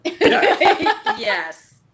Yes